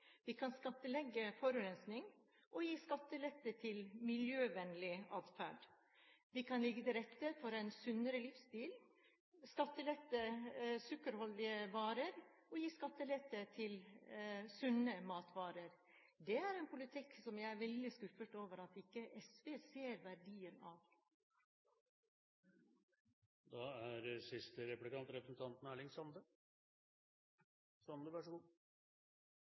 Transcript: Vi kan skattlegge forurensning og gi skattelette til miljøvennlig adferd. Vi kan legge til rette for en sunnere livsstil, skattlegge sukkerholdige varer og gi skattelette til sunne matvarer. Det er en politikk som jeg er veldig skuffet over at ikke SV ser verdien av.